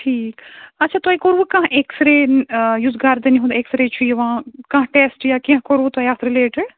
ٹھیٖک اَچھا تۄہہِ کوٚروٕ کانٛہہ ایٚکسرے یُس گَردَنہِ ہُنٛد ایٚکسرے چھُ یِوان کانٛہہ ٹیسٹہٕ یا کیٚنٛہہ کوٚر وٕ تۄہہِ اَتھ رِلیٹِڈ